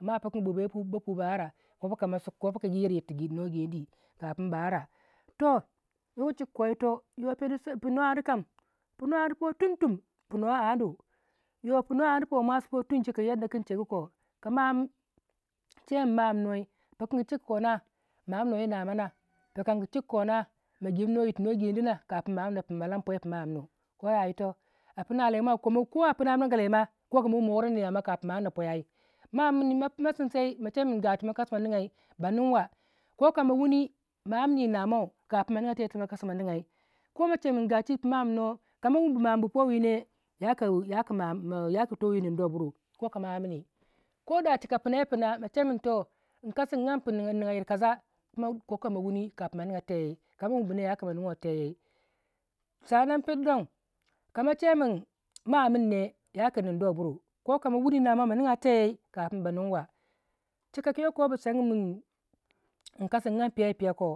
ner ya fu ba ara kopo ka kama su kopoka geri yirtu no geni kapin ba ara toh ko chik ko yito yo peni sina pino annu po tumtum pino anu yto pino anu po mwasi po tum chikakin yoko yinchegu ko ma am ka mache min ma amnuwai pikangu chika ko na ma annuwai yi namo na pikan ku chikakona ma gemnuwai yir tu no gedi na kapin ma amna ma lam pwero pino amnu ko yayitoh apina lai mwa kopu ko apina mirgu lai ma koku ma wuni anda kapin ma amma pweyo ai ma amni ma sinsai ma chekin ga tu ma kasi ma niga ba nuwwa koka ma wuni ma amni yi na mo kapin ma niga teyai tu ma kasi ma nigya ko ma chemin gapi mo amnu wo kamo wumbu ma ambu powine yaku yaki ma amnuwei yaku towi nigduwei buru koku ma amni koda chika pina yi pina kamo che kin toh yikasi yi an niga yiri kasa koku ma wuni kafin ma niga teyai kama wun bune yakuma tiwai ma nigya teyai sanan perdon kama chekin ma anin ne yaku ninduwai buru kokuma wuni namo ma nigya teye kapin ba nuwa chika ku yakko bu sag min yikasi yi ageh piyau yi piyau ko